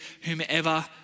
whomever